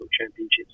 championships